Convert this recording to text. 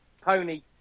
Pony